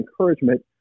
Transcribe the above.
encouragement